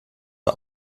war